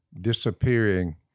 disappearing